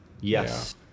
Yes